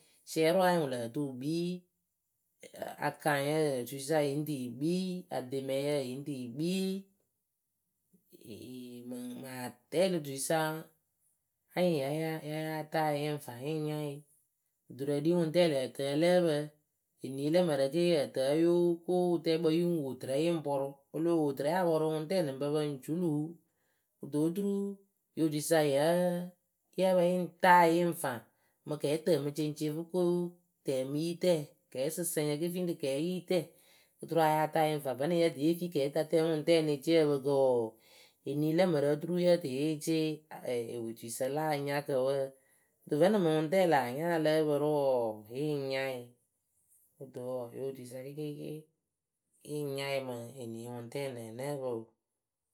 siɛɛrɩʊ anyɩŋ wɨ lǝǝ tɨ wɨ kpii. Ɛ a akaŋyǝ otuisa yɨŋ tɨ yɨ kpii, ademɛyǝ yɨŋ tɨ yɨ kpii. Eeee mɨŋ mɨ atɛɛlɩtuisa. Anyɩŋ ya ya ya yáa taa yɨ yɨ ŋ faŋ yɨŋ nyaɩ duturǝ ɖii ŋʊŋtɛɛ lǝǝ tɨ ya lǝ́ǝ pǝ. Enii lǝ mǝrǝ ke yǝǝ tɨ ǝǝ yo ko wɨtɛɛkpǝ yɨ ŋ wo tɨrɛ yɨ ŋ pɔrʊ, o loh wo tɨrɛ a pɔrʊ ŋʊŋtɛɛ nɨŋ pǝ pǝ ŋ culuu kɨto oturuu ŋyɨ otuisa yǝ́ǝ yǝ́ǝ pǝ yɨ ŋ taa yɨ yɨ ŋ faŋ. Mɨ kɛɛtǝmɨceŋceŋ fɨ ko tǝmɨyitǝǝ kɛɛsɨsǝɛŋ ke fii ŋ rɨ kɛɛyitǝǝ. Oturu ya yáa taa yɨ yɨ ŋ faŋ, vǝ́nɨŋ yǝ tɨ ye fii kɛɛtatǝǝ wǝ́ ŋʊŋtɛɛ ŋ ne tie ǝpǝkǝ wɔɔ enii lǝ mǝrǝ oturu yǝ tɨ ye tie a ɛɛ ewetuisa la anyakǝ wǝǝ. Kɨto vǝ́nɨŋ mɨŋ ŋʊŋtɛɛ laa nya ya lǝ́ǝ pǝ rɨ wɔɔ yɨ ŋ nyaɩ. Kɨto wɔɔ ŋyo otuisa rɨ kɩɩkɩ yɨŋ nyaɩ mɨ enii ŋʊŋtɛɛ naa nǝ́ǝ pǝ oo.